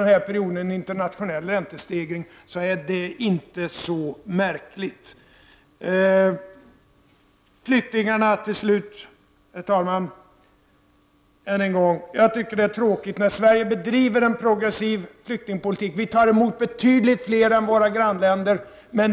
denna period har haft en internationell räntestegring. Herr talman! Till slut vill jag än en gång ta upp frågan om flyktingarna. Sverige bedriver en progressiv flyktingpolitik och tar emot betydligt fler flyktingar än vad som är fallet i våra grannländer.